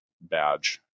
badge